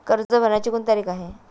कर्ज भरण्याची कोणती तारीख आहे?